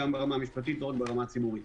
גם ברמה המשפטית לא רק ברמה הציבורית.